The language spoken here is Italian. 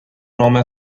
nome